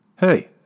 Hey